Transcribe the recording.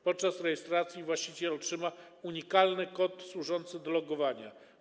Podczas rejestracji właściciel otrzyma unikalny kod służący do logowania.